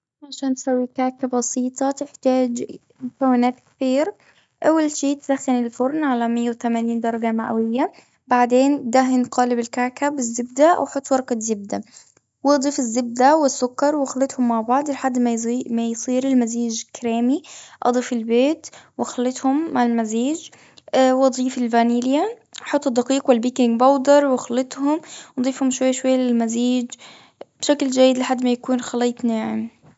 عشان تسوي كعكة بسيطة، تحتاج مكونات كثير. أول شي، تسخن الفرن على مية وتمنين درجة مئوية. بعدين دهن قالب الكعكة بالزبدة، وحط ورقة زبدة. وضيف الزبدة والسكر، واخلطهم مع بعض، لحد ما يصير المزيج كريمي. أضف البيض، واخلطهم مع المزيج، وضيف الڤانيليا. أحط الدقيق والبيكنج بودر واخلطهم، وضيفهم شوية شوية للمزيج، شكل جيد، لحد ما يكون خليط ناعم.